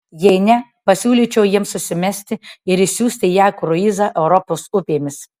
jei ne pasiūlyčiau jiems susimesti ir išsiųsti ją į kruizą europos upėmis